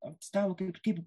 ant stalo kaip kaip